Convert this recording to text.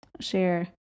share